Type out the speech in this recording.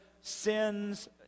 sins